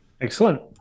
Excellent